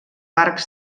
arcs